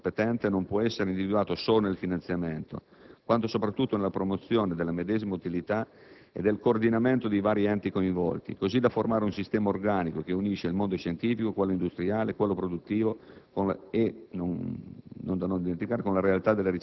Il compito del Ministro competente non può essere individuato solo nel finanziamento, ma soprattutto nella promozione della medesima utilità e nel coordinamento dei vari enti coinvolti, così da formare un sistema organico, che unisce il mondo scientifico, quello industriale e quello produttivo con,